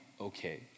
okay